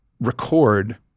record